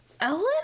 Ellen